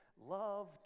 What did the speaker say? love